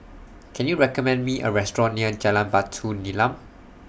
Can YOU recommend Me A Restaurant near Jalan Batu Nilam